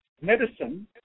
medicine